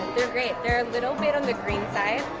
they're great, they're a little bit on the green side.